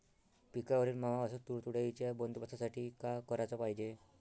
पिकावरील मावा अस तुडतुड्याइच्या बंदोबस्तासाठी का कराच पायजे?